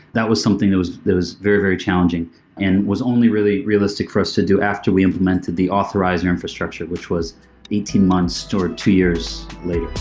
that was something that was very, very challenging and was only really realistic for us to do after we implemented the authorizer infrastructure, which was eighteen months or two years later.